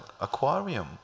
aquarium